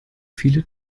viele